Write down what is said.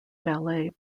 ballet